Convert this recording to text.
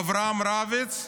אברהם רביץ,